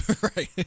Right